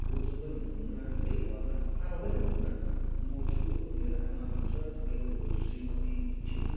बोजू पनि हुनुहुन्न है घरमा पापा पनि हुनुहुन्न म छु मेरो आमा हुनुहुन्छ मेरो श्रीमती छिन्